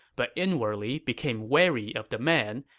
but inwardly became wary of the man,